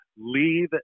leave